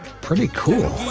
pretty cool.